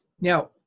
Now